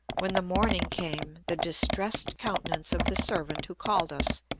when the morning came, the distressed countenance of the servant who called us,